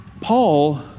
Paul